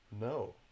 No